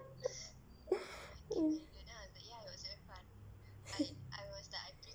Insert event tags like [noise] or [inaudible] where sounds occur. [laughs]